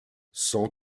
sans